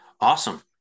Awesome